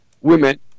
women